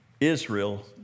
Israel